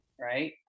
Right